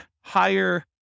higher